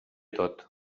tot